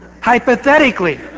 Hypothetically